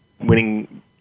winning